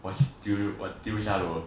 我丢我丢下楼